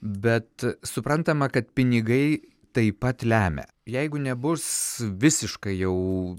bet suprantama kad pinigai taip pat lemia jeigu nebus visiškai jau